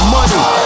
Money